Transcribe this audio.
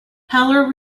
heller